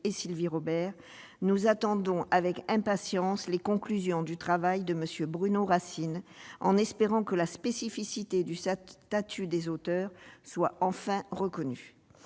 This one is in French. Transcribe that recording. et moi-même -, nous attendons avec impatience les conclusions du travail de M. Bruno Racine, en espérant que la spécificité du statut des auteurs soit enfin reconnue.